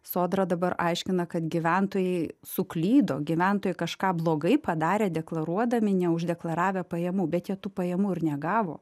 sodra dabar aiškina kad gyventojai suklydo gyventojai kažką blogai padarė deklaruodami neuždeklaravę pajamų bet jie tų pajamų ir negavo